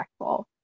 impactful